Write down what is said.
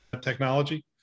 technology